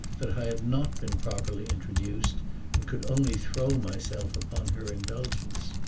that i had not been properly introduced and could only throw myself upon her indulgence.